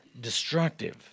destructive